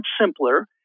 simpler